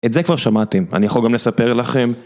את זה כבר שמעתם, אני יכול גם לספר לכם.